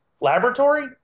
Laboratory